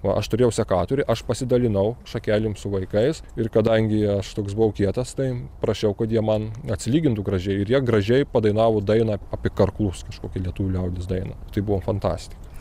o aš turėjau sekatorių aš pasidalinau šakelėm su vaikais ir kadangi aš toks buvau kietas tai prašiau kad jie man atsilygintų gražiai ir jie gražiai padainavo dainą apie karklus kažkokią lietuvių liaudies dainą tai buvo fantastika